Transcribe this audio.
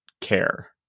care